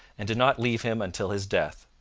and did not leave him until his death.